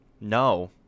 No